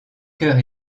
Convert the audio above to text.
chœur